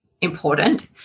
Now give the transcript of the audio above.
important